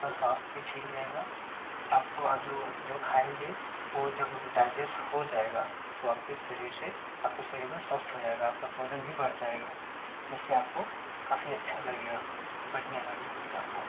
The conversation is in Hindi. आप का स्वास्थ्य भी ठीक रहेगा आप जो जो खाएँगे वो जब डाइजेस्ट हो जाएगा तो आप के शरीर से आप का शरीर भी स्वस्थ हो जाएगा आप का वजन भी बढ़ जाएगा इससे आपको काफ़ी अच्छा लगेगा बढ़िया लगेगा उससे आपको